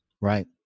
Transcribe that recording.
right